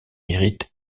mérite